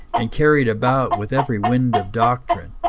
and carried about with every wind of doctrine,